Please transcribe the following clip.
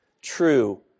true